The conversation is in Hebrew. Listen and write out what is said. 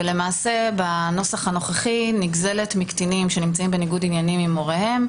למעשה בנוסח הנוכחי נגזלות מקטינים שנמצאים בניגוד עניינים עם הוריהם,